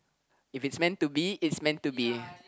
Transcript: if it's meant to be it's meant to be